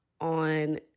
on